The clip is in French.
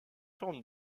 forme